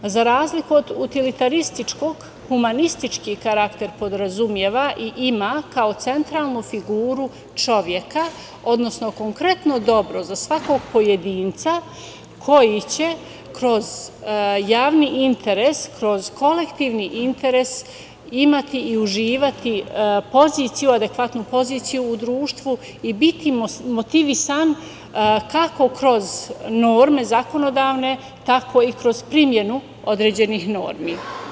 Za razliku od utilitarističkog, humanistički karakter podrazumeva i ima kao centralnu figuru čoveka, odnosno konkretno dobro za svakog pojedinca koji će kroz javni interes, kroz kolektivni interes imati i uživati poziciju adekvatnu u društvu i biti motivisan kako kroz norme zakonodavne, tako i kroz primernu određenih normi.